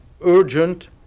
urgent